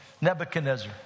Nebuchadnezzar